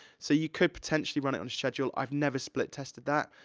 so, you could, potentially, run it on schedule. i've never split tested that.